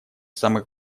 самых